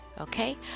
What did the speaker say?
Okay